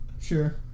Sure